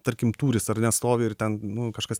tarkim tūris ar ne stovi ir ten nu kažkas